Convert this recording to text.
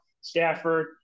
Stafford